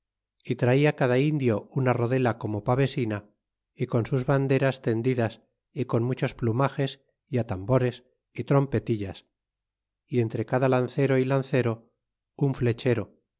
y traia cada indio una rodela como pavesina y con sus banderas tendidas y con muchos plumages y atambores y trompetillas y entre cada lancero e lancero un flechero